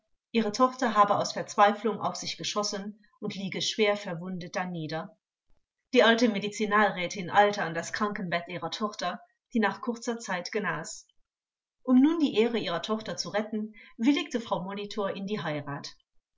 ihre tochter habe aus verzweiflung auf sich geschossen und liege schwer verwundet danieder die alte medizinalrätin eilte an das krankenbett ihrer tochter die nach kurzer zeit genas um nun die ehre ihrer tochter zu retten willigte frau molitor in die heirat